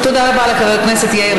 היום אנחנו גאים,